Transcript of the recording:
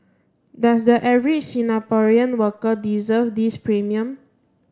does the average Singaporean worker deserve this premium